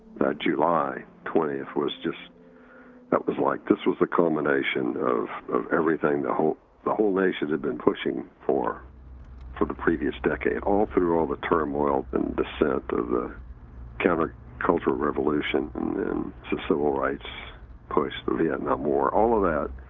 that july twentieth was just. that was like this was the culmination of of everything the whole the whole nation had been pushing for for the previous decade. all through all the turmoil and dissent of the kind of ah counter-culture so civil rights push, the vietnam war. all of that,